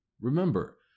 Remember